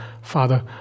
Father